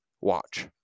watch